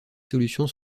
solutions